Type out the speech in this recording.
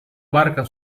barca